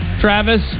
Travis